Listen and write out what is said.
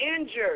injured